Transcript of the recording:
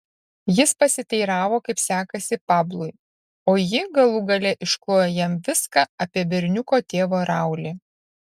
jis pasiteiravo kaip sekasi pablui o ji galų gale išklojo jam viską apie berniuko tėvą raulį